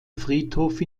friedhof